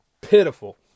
pitiful